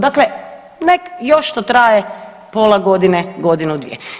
Dakle, nek još to traje pola godine, godinu, dvije.